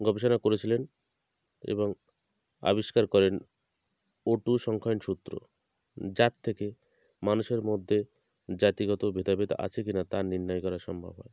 গবেষণা করেছিলেন এবং আবিষ্কার করেন ও টু সংখ্যায়ন সূত্র যার থেকে মানুষের মধ্যে জাতিগত ভেদাভেদ আছে কি না তার নির্ণয় করা সম্ভব হয়